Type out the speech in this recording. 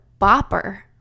bopper